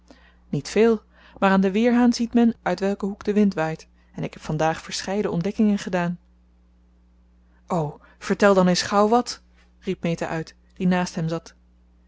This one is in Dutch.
niet veel maar aan den weerhaan ziet men uit welken hoek de wind waait en ik heb vandaag verscheiden ontdekkingen gedaan o vertel dan eens gauw wàt riep meta uit die naast hem zat